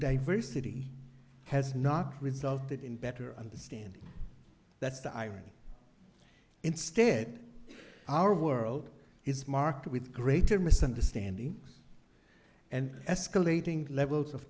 diversity has not resulted in better understanding that's the irony instead our world is marked with greater misunderstanding and escalating levels of